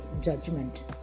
judgment